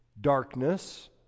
darkness